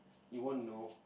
you won't know